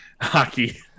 hockey